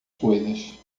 coisas